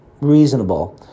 reasonable